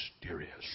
mysterious